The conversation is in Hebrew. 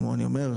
ואני אומר,